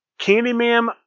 Candyman